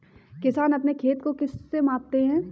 किसान अपने खेत को किससे मापते हैं?